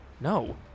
No